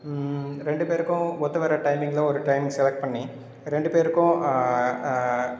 ரெண்டு பேருக்கும் ஒத்துவர டைமிங்கில் ஒரு டைம் செலக்ட் பண்ணி ரெண்டு பேருக்கும்